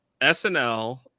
SNL